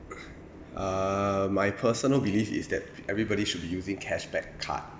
err my personal belief is that everybody should be using cashback card